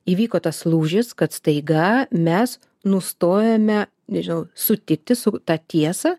įvyko tas lūžis kad staiga mes nustojome nežinau sutikti su ta tiesa